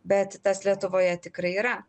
bet tas lietuvoje tikrai yra